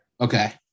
Okay